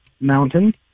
Mountain